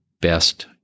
best